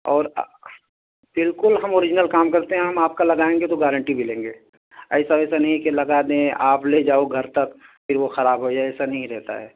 اور بالکل ہم اوریجنل کام کرتے ہیں ہم آپ کا لگائیں گے تو گارنٹی بھی لیں گے ایسا ویسا نہیں ہے کہ لگا دیں آپ لے جاؤ گھر تک پھر وہ خراب ہو جائے ایسا نہیں رہتا ہے